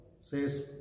says